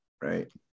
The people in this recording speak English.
right